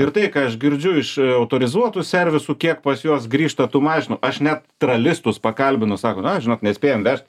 ir tai ką aš girdžiu iš autorizuotų servisų kiek pas juos grįžta tų mašinų aš net tralistus pakalbinu sako na žinok nespėjam vežt